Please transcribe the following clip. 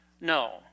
No